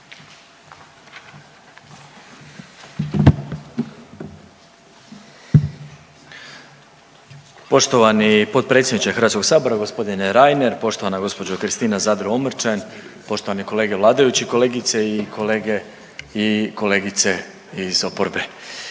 Poštovani potpredsjedniče HS-a g. Reiner, poštovana gospođo Kristina Zadro Omrčen, poštovane kolega vladajući i kolegice i kolegice iz oporbe.